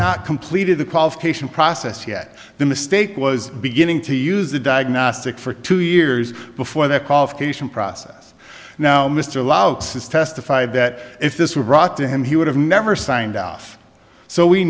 not completed the qualification process yet the mistake was beginning to use the diagnostic for two years before that qualification process now mr loucks has testified that if this were brought to him he would have never signed off so we